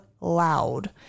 loud